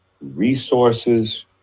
resources